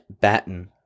Batten